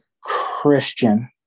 Christian